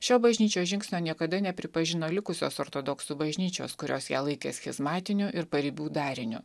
šio bažnyčios žingsnio niekada nepripažino likusios ortodoksų bažnyčios kurios ją laikė shizmatiniu ir paribių dariniu